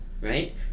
right